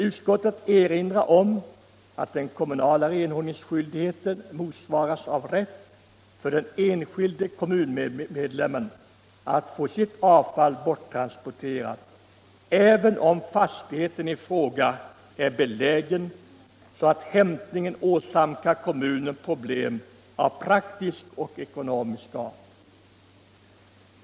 Utskottet erinrar om att den kommunala renhållningsskyldigheten motsvaras av en rätt för den enskilde kommunmedlemmen att få sitt avfall borttransporterat, även om fastigheten i fråga är belägen så att hämtningen åsamkar kommunen problem av praktisk och ekonomisk art.